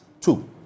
Two